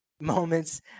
moments